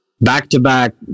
back-to-back